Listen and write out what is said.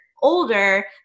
older